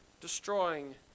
destroying